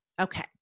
Okay